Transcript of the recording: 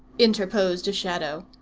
interposed a shadow.